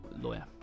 lawyer